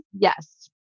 Yes